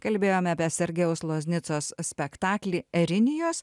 kalbėjome apie sergejaus loznicos spektaklį erinijos